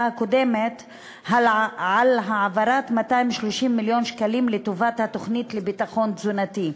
הקודמת על העברת 230 מיליון שקלים לטובת התוכנית לביטחון תזונתי,